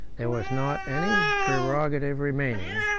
there was not any prerogative remaining,